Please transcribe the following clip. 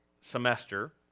semester